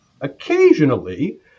occasionally